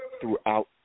throughout